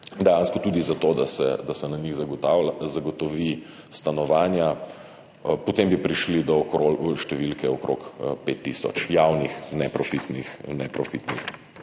dejansko tudi za to, da se na njih zagotovi stanovanja, potem bi prišli do številke okrog 5 tisoč javnih neprofitnih